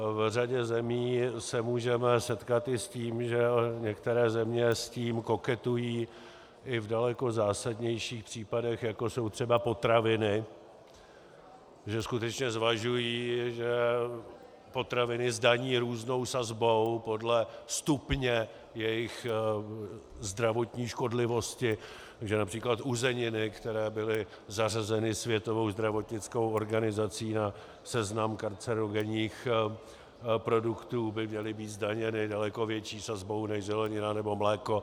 V řadě zemí se můžeme setkat i s tím, že některé země s tím koketují i v daleko zásadnějších případech, jako jsou třeba potraviny, že skutečně zvažují, že potraviny zdaní různou sazbou podle stupně jejich zdravotní škodlivosti, že např. uzeniny, které byly zařazeny Světovou zdravotnickou organizací na seznam kancerogenních produktů, by měly být zdaněny daleko větší sazbou než zelenina nebo mléko.